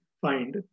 find